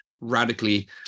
radically